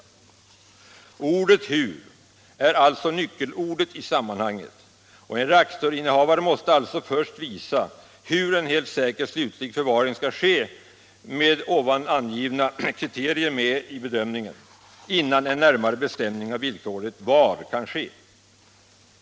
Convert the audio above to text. Ordet ”hur” är alltså nyckelordet i sammanhanget och en reaktorinnehavare måste därför först visa hur en helt säker slutlig förvaring skall ske med ovan angivna kriterier medtagna i bedömningen innan en närmare bestämning av villkoret ”var” kan ske.